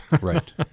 Right